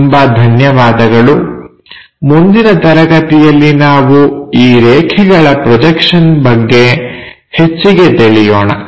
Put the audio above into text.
ತುಂಬಾ ಧನ್ಯವಾದಗಳು ಮುಂದಿನ ತರಗತಿಯಲ್ಲಿ ನಾವು ಈ ರೇಖೆಗಳ ಪ್ರೊಜೆಕ್ಷನ್ ಬಗ್ಗೆ ಹೆಚ್ಚಿಗೆ ತಿಳಿಯೋಣ